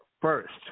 first